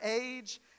age